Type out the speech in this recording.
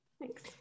Thanks